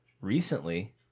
recently